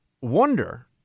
wonder